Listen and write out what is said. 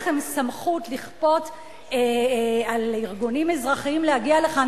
הרי אין לכם סמכות לכפות על ארגונים אזרחיים להגיע לכאן.